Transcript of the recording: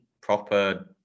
proper